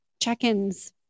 check-ins